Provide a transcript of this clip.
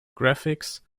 graphics